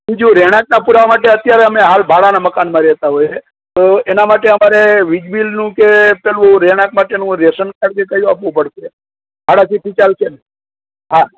હવે જો રહેણાંકના પુરાવા માટે અત્યારે અમે હાલ ભાડાનાં મકાનમાં રહેતા હોઈએ તો એના માટે અમારે વિજ બિલનું કે પેલું રહેણાંક માટેનું રેશન કાર્ડ કે કયું આપવું પડશે ભાડા ચીઠ્ઠી ચાલશે ને હા